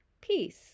Peace